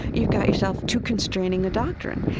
you've got yourself too constraining a doctrine.